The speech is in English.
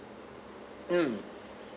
mm